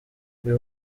uyu